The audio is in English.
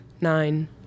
nine